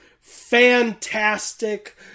fantastic